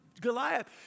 Goliath